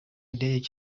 indege